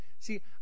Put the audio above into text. See